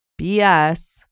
BS